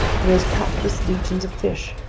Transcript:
and those countless legions of fish,